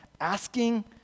Asking